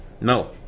No